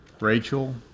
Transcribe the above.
Rachel